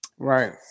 Right